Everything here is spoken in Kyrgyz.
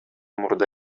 мурда